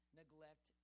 neglect